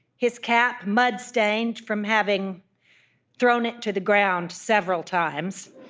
his cap mud-stained from having thrown it to the ground several times,